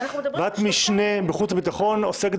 ועדת משנה של ועדת החוץ והביטחון עוסקת